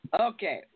Okay